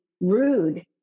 rude